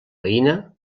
veïna